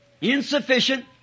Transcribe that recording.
insufficient